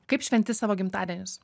kaip šventi savo gimtadienius